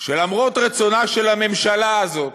שלמרות רצונה של הממשלה הזאת,